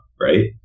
Right